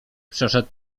przeszedł